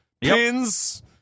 pins